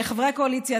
חברי הקואליציה,